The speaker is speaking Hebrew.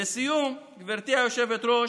לסיום, גברתי היושבת-ראש,